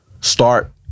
start